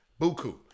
buku